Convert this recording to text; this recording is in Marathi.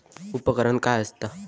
उपकरण काय असता?